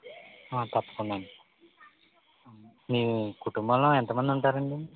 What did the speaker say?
తప్పకుండానండి మీ కుటుంబంలో ఎంతమంది ఉంటారండి